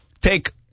take